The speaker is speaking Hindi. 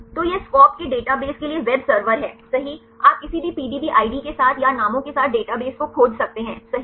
तो यह SCOP के डेटाबेस के लिए वेब सर्वर है सही आप किसी भी PDB आईडी के साथ या नामों के साथ डेटाबेस को खोज सकते हैं सही